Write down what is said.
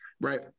right